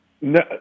no